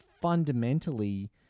fundamentally